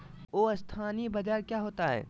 अस्थानी बाजार क्या होता है?